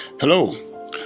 Hello